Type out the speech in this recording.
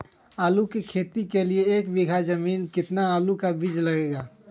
आलू की खेती के लिए एक बीघा जमीन में कितना आलू का बीज लगेगा?